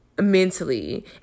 mentally